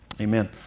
amen